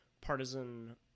partisan